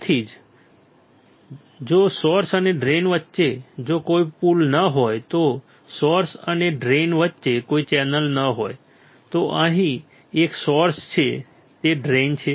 તેવી જ રીતે જો સોર્સ અને ડ્રેઇન વચ્ચે કોઈ પુલ ન હોય જો સોર્સ અને ડ્રેઇન વચ્ચે કોઈ ચેનલ ન હોય તો અહીં એક સોર્સ છે તે ડ્રેઇન છે